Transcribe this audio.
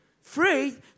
Free